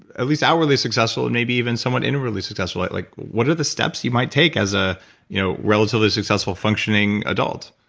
at least outwardly successful and maybe even someone inwardly successful? like what are the steps you might take as a you know relatively successful functioning adult?